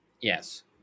yes